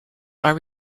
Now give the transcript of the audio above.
are